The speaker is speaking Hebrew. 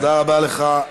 תודה רבה לך,